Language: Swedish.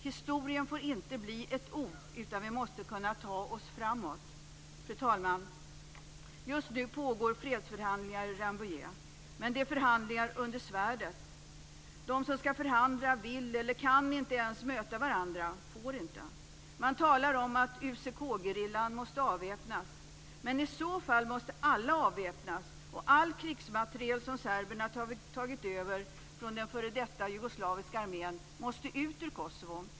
Historien får inte bli ett ok, utan vi måste kunna ta oss framåt. Fru talman! Just nu pågår fredsförhandlingar i Rambouillet. Men det är förhandlingar under svärdet. De som skall förhandla vill inte, kan inte eller får inte ens möta varandra. Man talar om att UCK-gerillan måste avväpnas. Men i så fall måste alla avväpnas, och all krigsmateriel som serberna tagit över från den f.d. jugoslaviska armén måste ut ur Kosovo.